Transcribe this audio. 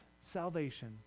salvation